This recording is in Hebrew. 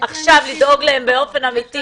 עכשיו לדאוג להם באופן אמיתי.